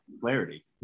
clarity